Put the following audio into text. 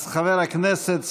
אז חבר הכנסת סעדי,